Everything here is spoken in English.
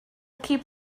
keep